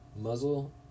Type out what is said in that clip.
muzzle